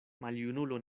maljunulo